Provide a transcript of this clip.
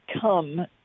come